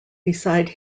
besides